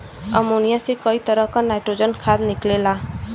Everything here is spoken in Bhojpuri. अमोनिया से कई तरह क नाइट्रोजन खाद निकलेला